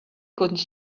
couldn’t